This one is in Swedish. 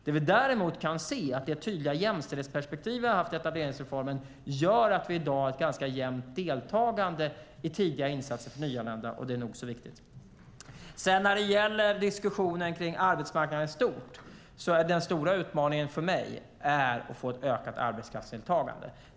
Det vi däremot kan se är att det tydliga jämställdhetsperspektiv vi har haft i etableringsreformen gör att vi i dag har ett ganska jämnt deltagande i tidiga insatser för nyanlända, och det är nog så viktigt. När det gäller diskussionen om arbetsmarknaden i stort är den stora utmaningen för mig att få ett ökat arbetskraftsdeltagande.